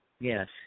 yes